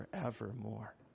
forevermore